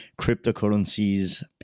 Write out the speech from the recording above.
cryptocurrencies